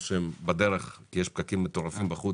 או שהם בדרך כי יש פקקים מטורפים בחוץ,